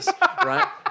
right